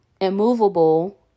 immovable